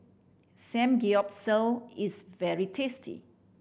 samgyeopsal is very tasty